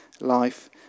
life